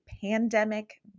pandemic